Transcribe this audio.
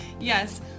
Yes